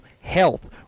Health